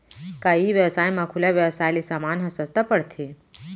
का ई व्यवसाय म खुला व्यवसाय ले समान ह का सस्ता पढ़थे?